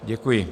Děkuji.